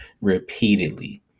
repeatedly